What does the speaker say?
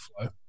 flow